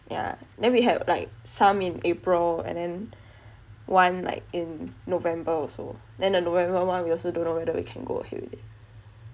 yah then we had like some in april and then one like in november also then the november [one] we also don't know whether we can go ahead with it